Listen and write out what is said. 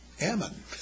Ammon